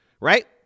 right